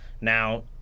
now